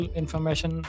information